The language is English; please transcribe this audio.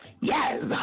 yes